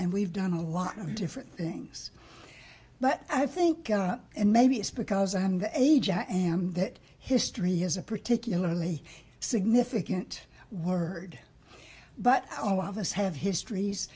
and we've done a lot of different things but i think and maybe it's because i'm the age i am that history has a particularly significant word but oh of us have histories